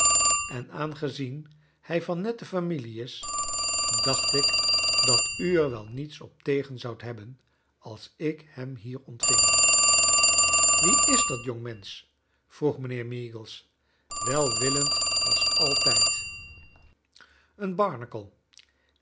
en aangezien hij van nette familie is dacht ik dat u er wel niets op tegen zoudt hebben als ik hem hier ontving wie is dat jongemensch vroeg mijnheer meagles welwillend als altijd een barnacle